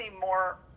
more